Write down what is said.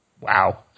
Wow